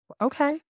Okay